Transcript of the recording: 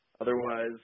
Otherwise